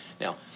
Now